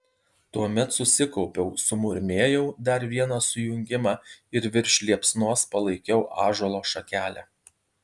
tuomet susikaupiau sumurmėjau dar vieną sujungimą ir virš liepsnos palaikiau ąžuolo šakelę